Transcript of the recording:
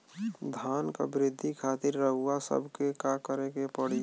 धान क वृद्धि खातिर रउआ सबके का करे के पड़ी?